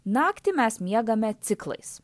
naktį mes miegame ciklais